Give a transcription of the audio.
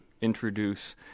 introduce